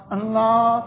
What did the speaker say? Allah